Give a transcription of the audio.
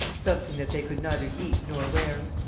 something that they could neither eat nor wear.